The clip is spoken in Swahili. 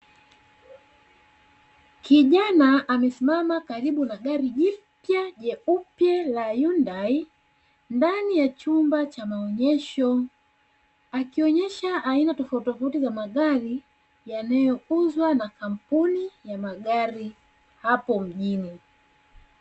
Kijana amesimama karibu na gari jipya jeupe la "Hyundai" ndani ya chumba cha maonyesho, akionyesha aina tofautitofauti za magari; yanayouzwa na kampuni ya magari hapo mjini.